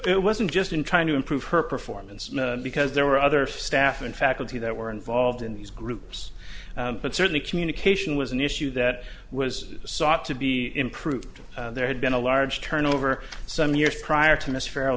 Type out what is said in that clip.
it wasn't just in trying to improve her performance because there were other staff and faculty that were involved in these groups but certainly communication was an issue that was sought to be improved there had been a large turnover some years prior to miss f